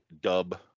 dub